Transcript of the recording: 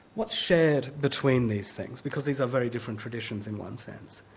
what's shared between these things, because these are very different traditions in one sense.